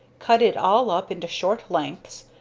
cut it all up into short lengths,